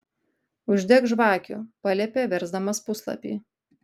uždek žvakių paliepė versdamas puslapį